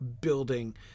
building